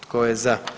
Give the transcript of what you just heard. Tko je za?